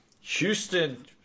Houston